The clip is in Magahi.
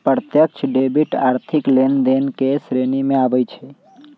प्रत्यक्ष डेबिट आर्थिक लेनदेन के श्रेणी में आबइ छै